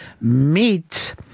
Meat